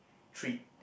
treat